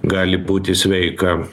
gali būti sveika